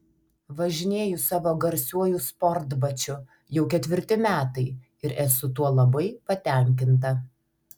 važinėju savo garsiuoju sportbačiu jau ketvirti metai ir esu tuo labai patenkinta